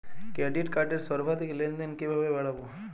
Credit কার্ডের সর্বাধিক লেনদেন কিভাবে বাড়াবো?